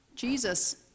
Jesus